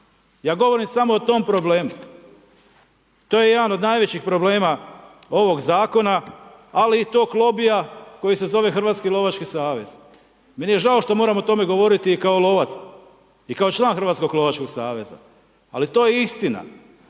Ja govorim samo o tome problemu. To je jedan od najvećih problema ovoga zakona, ali i tog lobija koji se zove Hrvatski lovački savez. Meni je žao što moram o tome govoriti i kao lovac, i kao član Hrvatskog lovačkog saveza, ali to je istina.